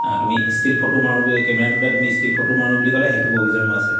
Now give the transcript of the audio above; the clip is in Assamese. অঁ তুমি ষ্টিল ফটো মাৰোঁ বুলি কেমেৰাটোতে তুমি ষ্টিল ফটো মাৰোঁ বুলি ক'লে সেইটো প্ৰভিজনো আছে